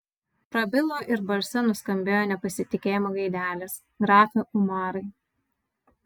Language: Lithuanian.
prabilo ir balse nuskambėjo nepasitikėjimo gaidelės grafe umarai